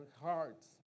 hearts